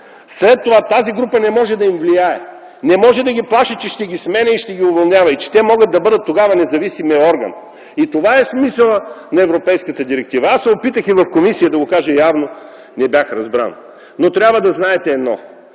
след това тази група не може да им влияе. Не може да ги плаши, че ще ги сменя и ще ги уволнява и че те могат да бъдат тогава независимият орган. Това е смисълът на европейската директива. Аз се опитах да го кажа и в комисията, но явно не бях разбран. Но трябва да знаете едно